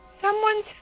Someone's